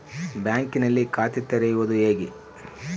ಬ್ಯಾಂಕಿನಲ್ಲಿ ಖಾತೆ ತೆರೆಯುವುದು ಹೇಗೆ?